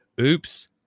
Oops